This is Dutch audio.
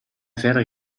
verder